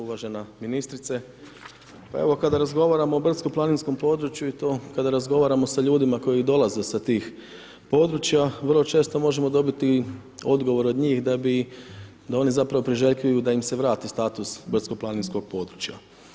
Uvažena ministrice, pa evo kada razgovaramo o brdsko planinskom području i to kada razgovaramo sa ljudima koji dolaze sa tih područja, vrlo često možemo dobiti i odgovor od njih da bi, da oni zapravo priželjkuju da im se vrati status brdsko planinskog područja.